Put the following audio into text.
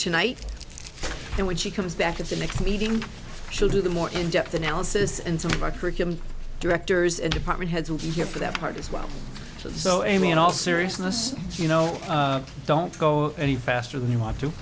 tonight and when she comes back at the next meeting she'll do the more in depth analysis and some of our curriculum directors and department heads will be here for that part as well so amy in all seriousness you know don't go any faster than you